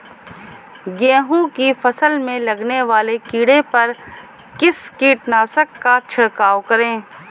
गेहूँ की फसल में लगने वाले कीड़े पर किस कीटनाशक का छिड़काव करें?